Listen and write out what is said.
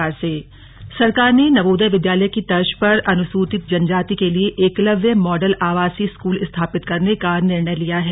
Eklavya model school सरकार ने नवोदय विद्यालय की तर्ज पर अनुसूचित जनजाति के लिए एकलव्य मॉडल आवासीय स्कूल स्थापित करने का निर्णय लिया है